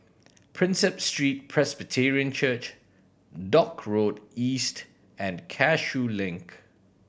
Prinsep Street Presbyterian Church Dock Road East and Cashew Link